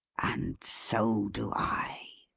and so do i,